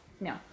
No